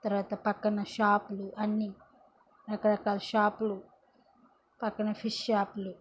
తర్వాత పక్కన షాపులు అన్నీ రకరకాల షాపులు పక్కన ఫిష్ షాప్లు